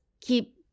keep